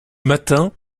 matin